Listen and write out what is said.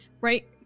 Right